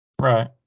Right